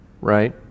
right